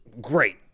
great